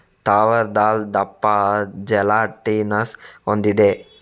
ತೂವರ್ ದಾಲ್ ದಪ್ಪ ಜೆಲಾಟಿನಸ್ ಹೊಂದಿದೆ